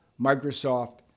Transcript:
Microsoft